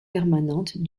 permanentes